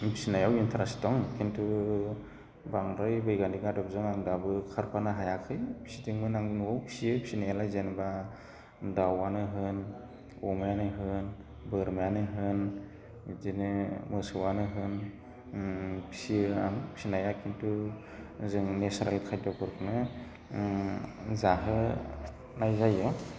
फिसिनायाव इन्टारेस्ट दं खिन्थु बांद्राय बैग्यानिक आदबजों आं दाबो खारफानो हायाखै फिसिदोंमोन आं न'आव फिसियो फिसिनायालाय जेनेबा दाउआनो होन अमायानो होन बोरमायानो होन बिदिनो मोसौआनो होन फिसियो आं फिसिनाया खिन्थु जों नेसारेल खायदफोरखौनो जाहोनाय जायो